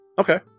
Okay